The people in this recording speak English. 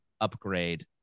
upgrade